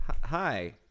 Hi